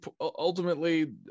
ultimately